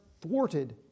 thwarted